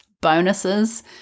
bonuses